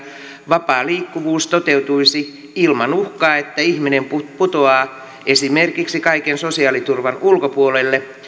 vapaa liikkuvuus toteutuisi ilman uhkaa että ihminen putoaa esimerkiksi kaiken sosiaaliturvan ulkopuolelle